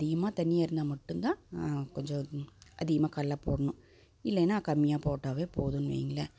அதிகமாக தண்ணியாக இருந்தால் மட்டும்தான் கொஞ்சம் அதிகமாக கடல போடணும் இல்லேன்னால் கம்மியாக போட்டாவே போதும்னு வையுங்களேன்